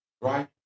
Right